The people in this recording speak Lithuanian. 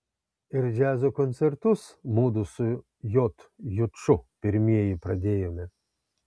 ir džiazo koncertus mudu su j juču pirmieji pradėjome